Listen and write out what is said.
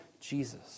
Jesus